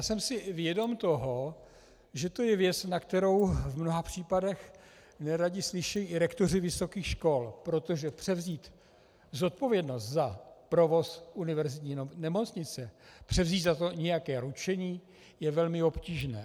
Jsem si vědom toho, že to je věc, na kterou v mnoha případech neradi slyší i rektoři vysokých škol, protože převzít zodpovědnost za provoz univerzitní nemocnice, převzít za to nějaké ručení je velmi obtížné.